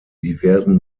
diversen